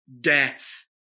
death